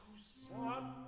swap